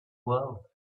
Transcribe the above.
world